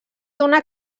donà